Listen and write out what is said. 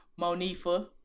Monifa